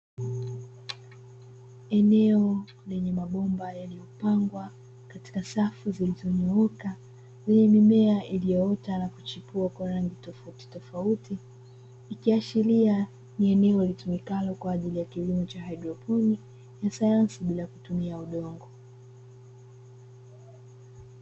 Eneo lenye mabomba yaliyopangwa katika safu zilizonyooka, zenye mimea iliyoota na kuchipua kwa rangi tofautitofauti, ikiashiria ni eneo lilitumikalo kwa ajili ya kilimo cha hydroponi, na sayansi bila kutumia udongo.